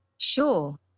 Sure